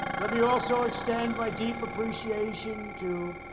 let me also extend my deep appreciation to